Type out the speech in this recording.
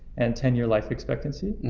and ten year life expectancy.